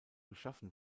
geschaffen